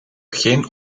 geen